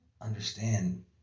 understand